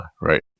right